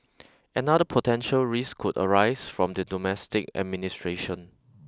another potential risk could arise from the domestic administration